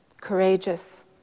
courageous